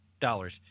dollars